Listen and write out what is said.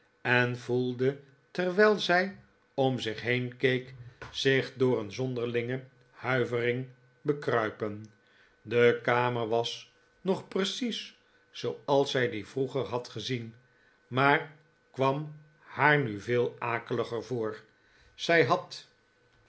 en voelde terwijl zij om zich heen keek zich door een zonderlinge huivering bekruipen de kamer was nog precies zooals zij die vroeger had gezien maar kwam haar nu veel akeliger voor zij had